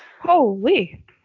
Holy